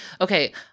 okay